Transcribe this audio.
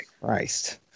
Christ